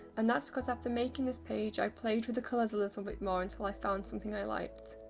and that's because after making this page i played with the colours a little more until i found something i liked.